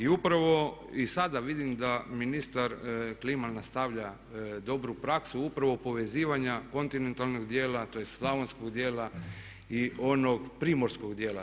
Upravo i sada vidim da ministar klima, nastavlja dobru praksu, upravo povezivanja kontinentalnog dijela tj. slavonskog dijela i onog primorskog dijela.